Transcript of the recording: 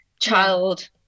child